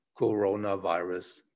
coronavirus